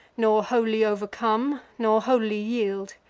nor wholly overcome, nor wholly yield.